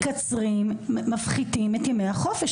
מקצרים ומפחיתים את ימי החופש,